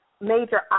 major